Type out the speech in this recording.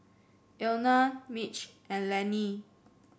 Elna Mitch and Lenny